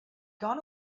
gone